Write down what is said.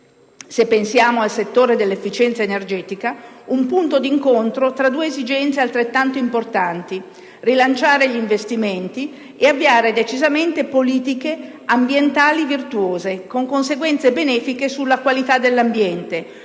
se pensiamo al settore dell'efficienza energetica, un punto di incontro tra due esigenze altrettanto importanti: rilanciare gli investimenti e avviare decisamente politiche ambientali virtuose con conseguenze benefiche sulla qualità dell'ambiente,